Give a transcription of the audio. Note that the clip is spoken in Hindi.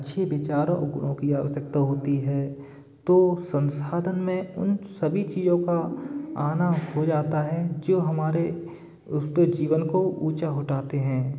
अच्छे विचारों की आवश्यकता होती है तो संसाधन में उन सभी चीजों का आना हो जाता है जो हमारे उस पे जीवन को ऊँचा उठाते हैं